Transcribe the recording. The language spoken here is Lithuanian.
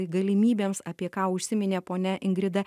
galimybėms apie ką užsiminė ponia ingrida